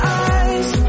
eyes